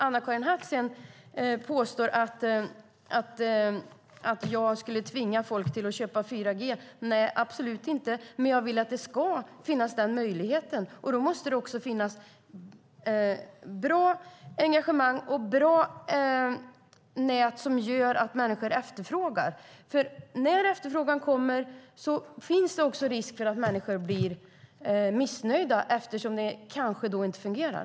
Anna-Karin Hatt påstår att jag skulle vilja tvinga folk att köpa 4G-telefoner, men så är det absolut inte. Jag vill att den möjligheten ska finnas, och då måste det också finnas ett bra engagemang och bra nät som gör att människor efterfrågar detta. När efterfrågan kommer finns det också risk för att människor blir missnöjda om det då inte fungerar.